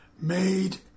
made